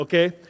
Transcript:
Okay